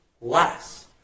less